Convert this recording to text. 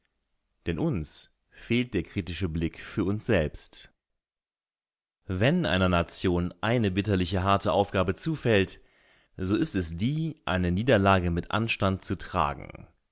denn uns fehlt der kritische blick für uns selbst wenn einer nation eine bitterlich harte aufgabe zufällt so ist es die eine niederlage mit anstand zu tragen